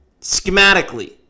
schematically